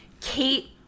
Kate